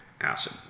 acid